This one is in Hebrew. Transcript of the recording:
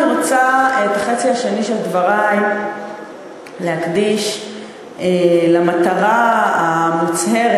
אני רוצה את החצי השני של דברי להקדיש למטרה המוצהרת,